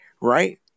right